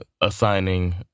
assigning